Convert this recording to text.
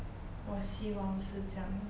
我希望是这样